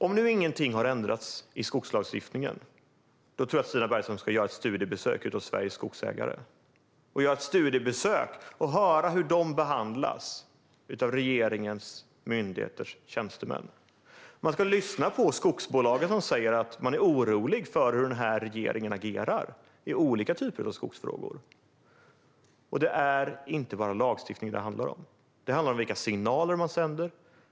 Om nu ingenting har ändrats i skogslagstiftningen tror jag att Stina Bergström ska göra ett studiebesök hos svenska skogsägare och höra hur de behandlas av regeringens myndigheters tjänstemän. Man ska lyssna på skogsbolagen, som säger att de är oroliga för hur den här regeringen agerar i olika typer av skogsfrågor. Och det är inte bara lagstiftning det handlar om. Det handlar om vilka signaler man sänder.